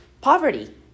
poverty